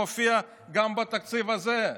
מופיע גם בתקציב הזה.